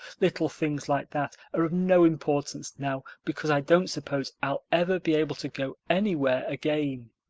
little things like that are no importance now because i don't suppose i'll ever be able to go anywhere again.